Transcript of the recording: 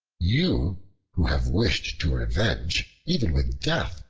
you who have wished to revenge, even with death,